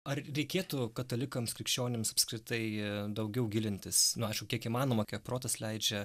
ar reikėtų katalikams krikščionims apskritai daugiau gilintis nu aišku kiek įmanoma kiek protas leidžia